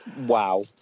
Wow